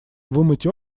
вымыть